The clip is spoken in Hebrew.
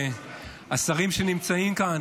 השרים שנמצאים כאן,